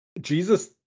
Jesus